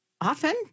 often